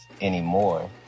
anymore